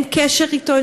אין קשר אתו,